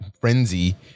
frenzy